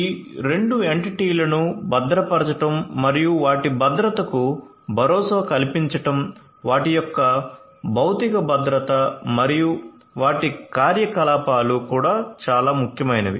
ఈ రెండు ఎంటిటీలను భద్రపరచడం మరియు వాటి భద్రతకు భరోసా కల్పించడం వాటి యొక్క భౌతిక భద్రత మరియు వాటి కార్యకలాపాలు కూడా చాలా ముఖ్యమైనవి